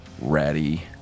ratty